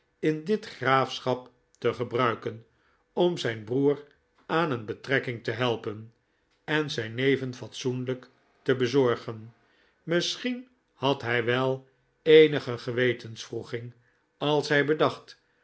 in dit graafschap te gebruiken om zijn broer aan een betrekking te helpen en zijn neven fatsoenlijk te bezorgen misschien had hij wel eenige gewetenswroeging als hij bedacht